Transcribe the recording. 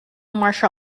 martial